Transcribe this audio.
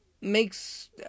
makes